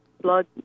blood